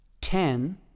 Ten